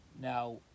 Now